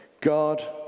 God